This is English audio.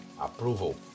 approval